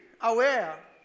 aware